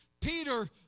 Peter